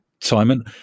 Simon